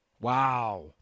wow